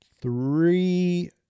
three